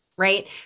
Right